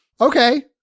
Okay